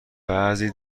بعضی